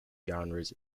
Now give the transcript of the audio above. genres